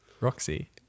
Roxy